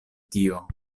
tio